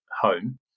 home